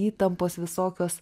įtampos visokios